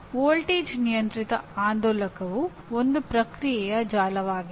voltage ನಿಯಂತ್ರಿತ ಆಂದೋಲಕವು ಒಂದು ಪ್ರತಿಕ್ರಿಯೆ ಜಾಲವಾಗಿದೆ